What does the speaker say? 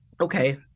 okay